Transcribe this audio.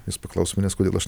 jis paklaus manęs kodėl aš